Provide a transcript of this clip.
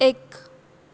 एक